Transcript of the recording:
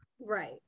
right